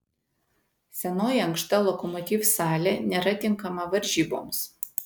senoji ankšta lokomotiv salė nėra tinkama varžyboms